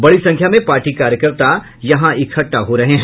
बड़ी संख्या में पार्टी कार्यकर्ता यहां इकट्ठा हो रहे हैं